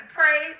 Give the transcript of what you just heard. pray